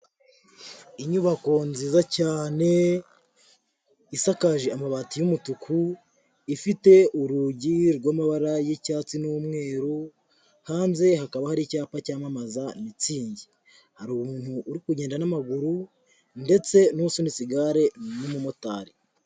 Inyubako nziza cyane isakaje amabati y'umutuku, ifite urugi rw'amabara y'icyatsi n'umweru, hanze hakaba hari icyapa cyamamaza Mutzing, hari umuntu uri kugenda n'amaguru ndetse n'usunitse igare n'umumotari.